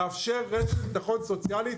לאפשר רשת ביטחון סוציאלית,